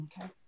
Okay